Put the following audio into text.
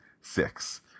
six